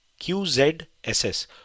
QZSS